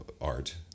art